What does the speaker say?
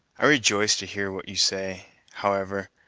i rejoice to hear what you say, however,